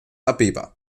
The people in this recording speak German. abeba